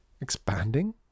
Expanding